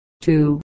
two